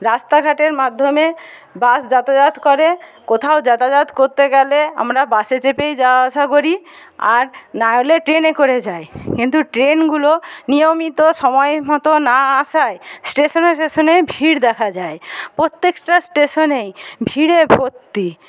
রাস্তাঘাটের মাধ্যমে বাস যাতাযাত করে কোথাও যাতাযাত করতে গেলে আমরা বাসে চেপেই যাওয়া আসা করি আর নাহলে ট্রেনে করে যাই কিন্তু ট্রেনগুলো নিয়মিত সময় মত না আসায় স্টেশনে স্টেশনে ভিড় দেখা যায় প্রত্যেকটা স্টেশনেই ভিড়ে ভর্তি